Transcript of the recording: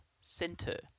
Center